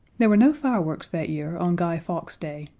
there were no fireworks that year on guy fawkes' day,